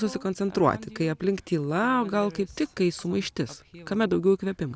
susikoncentruoti kai aplink tyla o gal kaip tik kai sumaištis kame daugiau įkvėpimo